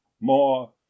more